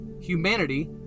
humanity